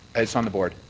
it's on the board.